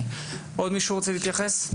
עוד מישהו רוצה להתייחס?